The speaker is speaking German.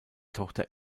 tochter